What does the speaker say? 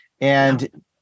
And-